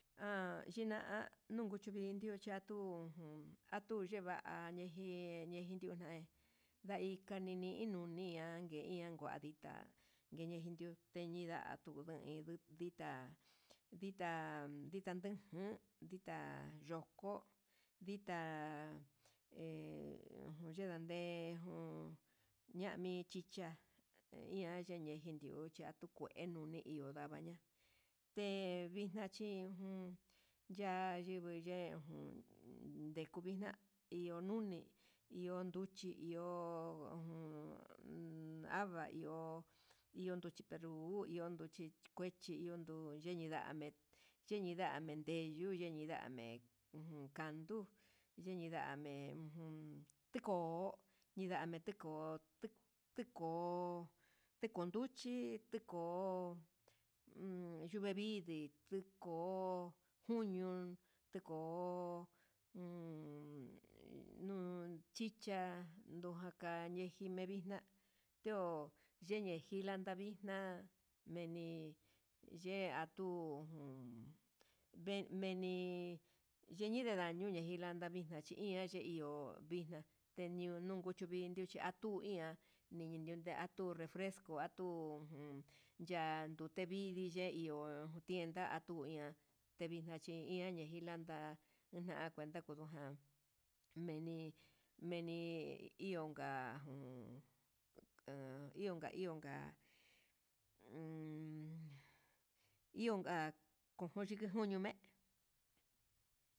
Ha xhina ha yunku chivii, ndio chatiu ujun atu chevañi neji neji ndiun va'a ndaika ni ninuñia, yangue ya nguandita yeni njendio teñinda'a tujen nduu nditá, nditá ndita ndujun ndita yoko ndité he yendan nde'e, ujun ñami chicha iha yeni yendiucha atukue nuni iho ndavaña té vixna chi jun ya'a yingui ye'e ujun ndekuvixna'a iho nune iho nduchi iho jun ava iho, iho nduchi peru iho nruchi peru o nduchi kuechi iho ndu xhindame'e chindame yeduu, yeyindame ujun kanduu yiyindame teko'o, teko tiko teko nduchi teko'o nrute vidii teko'o juño teko'o jun nuu chicha ndekañe nejixni vixna'a teo yene jilán ndavixna meni, ye'e tuu uun ve venii yeñindi ndaño yenii landa vinchi iha, ye iho vixna keniun nunku chuvi vindio chi atu ninia vinduu chi atuu refresco atuu, uun ya'a nrute vidii ye iho ienda autña'a tejia chi iha chilanda nuna kuenta kunduján, meni meni ianka'a jun ha ionka ionka umm ionka kuxhi kuño'o me'e.